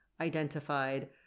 identified